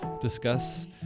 discuss